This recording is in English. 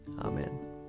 Amen